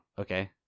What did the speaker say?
okay